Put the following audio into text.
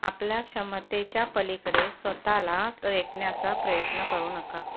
आपल्या क्षमतेच्या पलीकडे स्वतःला रेटण्याचा प्रयत्न करू नका